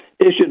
issued